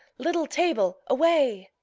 little table, away!